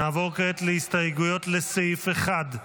נעבור כעת להסתייגויות לסעיף 1,